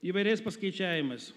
įvairiais paskaičiavimais